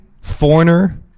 foreigner